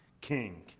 king